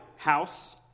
House